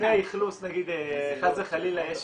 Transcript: לא, אם אחרי האכלוס נגיד חס וחלילה יש